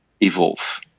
evolve